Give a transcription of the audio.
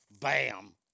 Bam